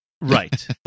Right